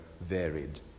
varied